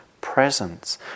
presence